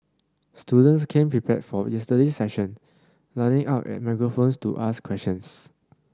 students came prepared for yesterday's session lining up at microphones to ask questions